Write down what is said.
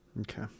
Okay